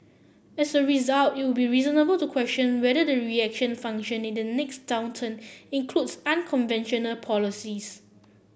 as a result it would be reasonable to question whether the reaction function in the next downturn includes unconventional policies